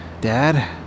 dad